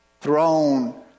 throne